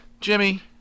Jimmy